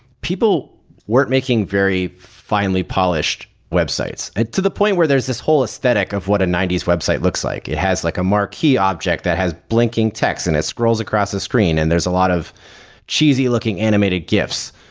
people weren't making very finely polished websites. to the point where there's this whole aesthetic of what a ninety s website looks like, it has like a marquee object that has blinking texts and it scrolls across the screen and there's a lot of cheesy looking animated gifs.